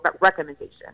recommendation